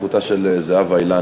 בזכותה של זהבה אילן,